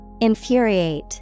Infuriate